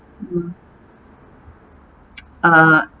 mm uh